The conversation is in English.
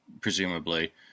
presumably